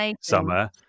summer